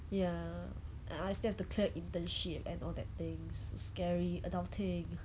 ya and I still have to clear internship and all that things so scary adulting